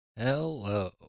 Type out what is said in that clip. Hello